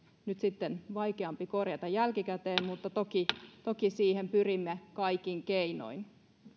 nyt sitten vaikeampi korjata jälkikäteen mutta toki siihen pyrimme kaikin keinoin